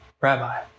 Rabbi